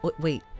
Wait